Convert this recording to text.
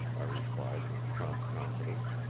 i replied with prompt confidence.